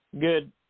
good